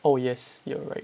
oh yes you are right